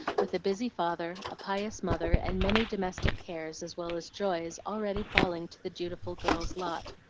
with a busy father, a pious mother, and many domestic cares, as well as joys, already falling to the dutiful girl's lot.